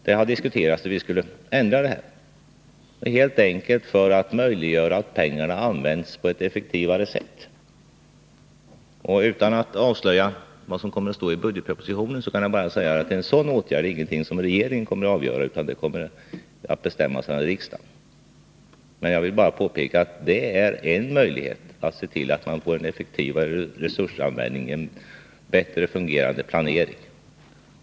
Det har diskuterats hur detta förhållande skall kunna ändras för att göra det möjligt att använda pengarna på ett effektivare sätt. Utan att avslöja vad som står i budgetpropositionen kan jag ändå nämna att det är en fråga som inte regeringen utan riksdagen kommer att avgöra. Jag har emellertid velat peka på denna möjlighet att åstadkomma en effektivare resursanvändning och en bättre fungerande planering.